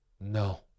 No